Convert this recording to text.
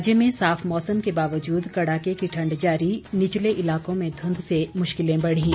प्रदेश में साफ मौसम के बावजूद कड़ाके की ठंड जारी निचले इलाकों में धुंध से मुश्किलें बढ़ीं